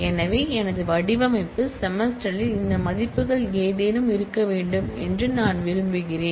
எனவே எனது வடிவமைப்பு செமஸ்டரில் இந்த மதிப்புகள் ஏதேனும் இருக்க வேண்டும் என்று நான் விரும்புகிறேன்